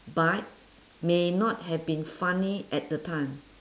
but may not have been funny at the time